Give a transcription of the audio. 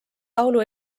laulu